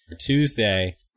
Tuesday